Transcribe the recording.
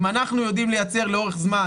אם אנחנו יודעים לייצר לאורך זמן